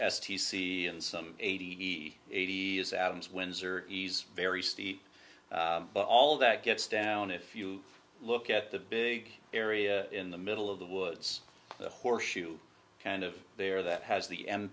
s t c and some eighty eighty s adams winds or ease very steep but all that gets down if you look at the big area in the middle of the woods the horseshoe kind of there that has the m